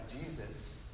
Jesus